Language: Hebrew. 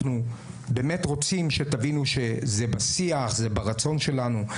אנחנו באמת רוצים שתבינו שזה בשיח, זה ברצון שלנו.